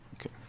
Okay